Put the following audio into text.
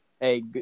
Hey